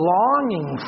longing